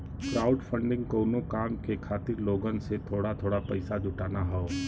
crowdfunding कउनो काम के खातिर लोगन से थोड़ा थोड़ा पइसा जुटाना हौ